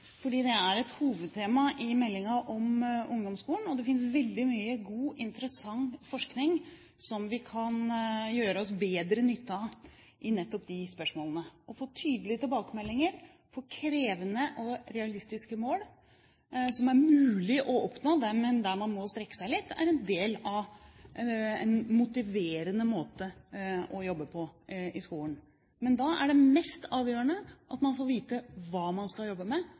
det er et hovedtema i meldingen om ungdomsskolen. Det finnes veldig mye god, interessant forskning som vi kan gjøre oss bedre nytte av i nettopp de spørsmålene. Å få tydelige tilbakemeldinger, få krevende og realistiske mål som er mulig å oppnå, men der man må strekke seg litt, er en del av en motiverende måte å jobbe på i skolen. Men da er det mest avgjørende at man får vite hva man skal jobbe med,